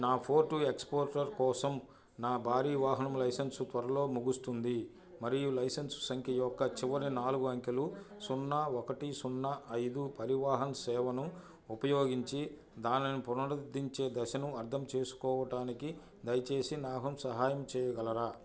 నా fort exporter కోసం నా భారీ వాహనం లైసెన్స్ త్వరలో ముగుస్తుంది మరియు లైసెన్స్ సంఖ్య యొక్క చివరి నాలుగు అంకెలు సున్నా ఒకటి సున్నా ఐదు పరివాహన్ సేవను ఉపయోగించి దానిని పునరుద్ధరించే దశను అర్థం చేసుకోవటానికి దయచేసి నాకు సహాయం చేయగలరా